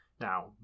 Now